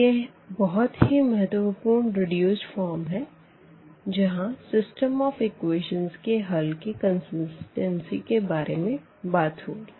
यह बहुत ही महत्वपूर्ण रेड्यूस्ड फ़ॉर्म है जहाँ सिस्टम ऑफ एकवेशंस के हल की कन्सिस्टेन्सी के बारे में बात करेंगे